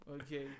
okay